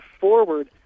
forward